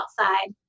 outside